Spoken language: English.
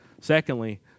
Secondly